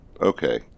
Okay